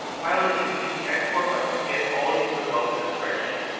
finally, you can hit the export button to get all of these results in a spreadsheet.